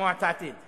לשמוע את דעתי.